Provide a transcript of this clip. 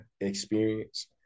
experience